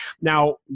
Now